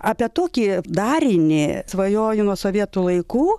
apie tokį darinį svajoju nuo sovietų laikų